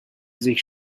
sich